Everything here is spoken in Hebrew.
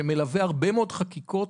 שמלווה הרבה מאוד חקיקות,